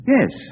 Yes